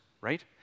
right